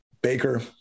Baker